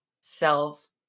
self